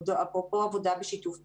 אפרופו עבודה בשיתוף פעולה.